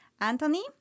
Anthony